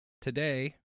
today